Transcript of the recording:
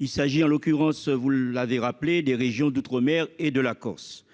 Il s'agit, en l'occurrence, comme vous l'avez rappelé, des régions d'outre-mer et de la Corse.